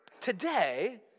Today